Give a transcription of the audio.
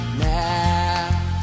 now